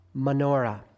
menorah